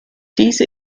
diese